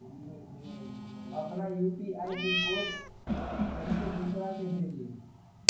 अपना यू.पी.आई के कोड कईसे दूसरा के भेजी?